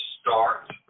start